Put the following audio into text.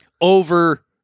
over